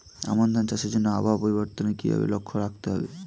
আমন ধান চাষের জন্য আবহাওয়া পরিবর্তনের কিভাবে লক্ষ্য রাখতে হয়?